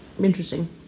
interesting